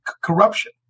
corruption